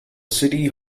city